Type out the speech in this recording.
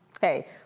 hey